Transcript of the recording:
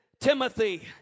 Timothy